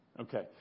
Okay